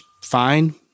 fine